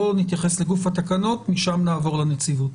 בואו נתייחס לגוף התקנות ומשם נעבור לנציבות.